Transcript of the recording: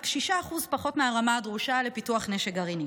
רק 6% פחות מהרמה הדרושה לפיתוח נשק גרעיני.